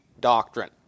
doctrine